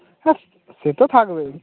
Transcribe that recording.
হ্যাঁ সে তো থাকবেই